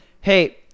hey